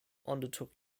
undertook